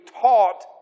taught